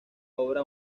obra